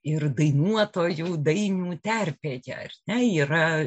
ir dainuotojų dainų terpėje ir yra